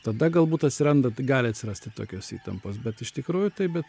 tada galbūt atsiranda gali atsirasti tokios įtampos bet iš tikrųjų tai be